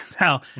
Now